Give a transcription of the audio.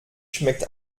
schmeckt